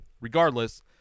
regardless